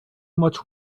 much